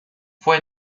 fue